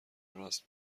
راست